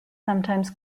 sometimes